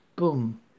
Boom